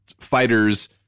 fighters